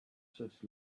such